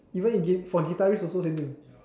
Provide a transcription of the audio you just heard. even gui~ for guitarist also same thing